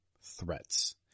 threats